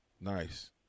Nice